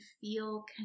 feel